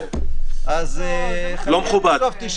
לא מכובד.